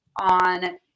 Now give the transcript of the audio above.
on